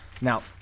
Now